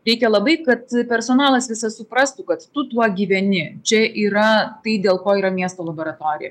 reikia labai kad personalas visas suprastų kad tu tuo gyveni čia yra tai dėl ko yra miesto laboratorija